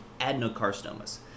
adenocarcinomas